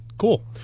Cool